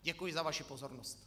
Děkuji za vaši pozornost.